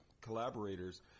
collaborators